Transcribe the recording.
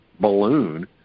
balloon